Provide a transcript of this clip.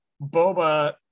boba